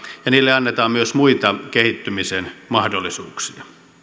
ja niille annetaan myös muita kehittymisen mahdollisuuksia